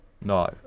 No